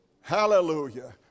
Hallelujah